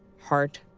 heart,